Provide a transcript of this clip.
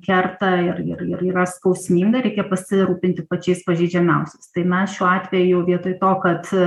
kerta ir ir ir yra skausminga reikia pasirūpinti pačiais pažeidžiamiausiais tai mes šiuo atveju vietoj to kad